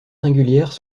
singulières